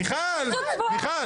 מיכל, מיכל.